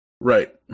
Right